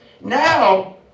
Now